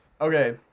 Okay